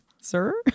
Sir